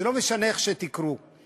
זה לא משנה איך שתקראו לזה.